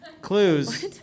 Clues